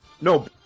No